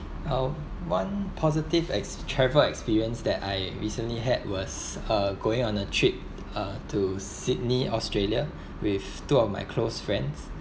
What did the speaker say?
uh one positive ex~ travel experience that I recently had was uh going on a trip uh to sydney australia with two of my close friends